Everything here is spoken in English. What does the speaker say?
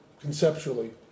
conceptually